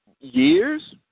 years